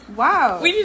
wow